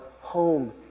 home